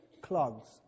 clogs